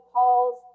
Paul's